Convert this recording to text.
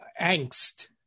angst